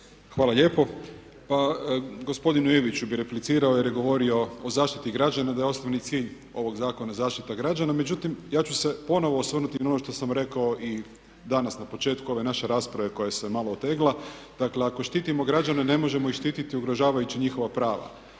Hvala lijepo. Pa gospodinu Iviću bih replicirao jer je govorio o zaštiti građana da je osnovni cilj ovog zakona zaštita građana. Međutim, ja ću se ponovo osvrnuti na ono što sam rekao i danas na početku ove naše rasprave koja se malo otegla. Dakle, ako štitimo građane ne možemo ih štititi ugrožavajući njihova prava,